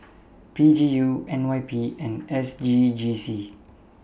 P G U N Y P and S G G C